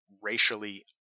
racially